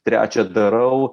trečią darau